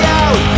out